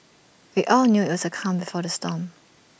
we all knew that's the calm before the storm